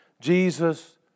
Jesus